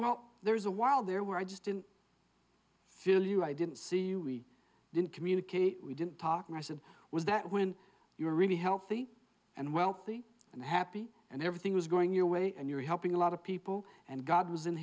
well there's a while there where i just didn't feel you i didn't see you we didn't communicate we didn't talk and i said was that when you're really healthy and wealthy and happy and everything was going your way and you're helping a lot of people and god was in